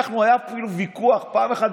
היה אפילו ויכוח פעם אחת,